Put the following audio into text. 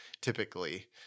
typically